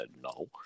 no